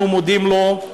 אנחנו מודים לו.